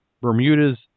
Bermuda's